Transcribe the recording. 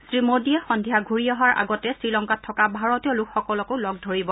শ্ৰীমোদীয়ে সন্ধিয়া ঘূৰি অহাৰ আগতে শ্ৰীলংকাত থকা ভাৰতীয় লোকসকলকো লগ ধৰিব